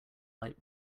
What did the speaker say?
light